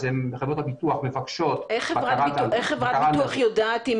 חברות הביטוח מבקשות --- איך חברת ביטוח יודעת אם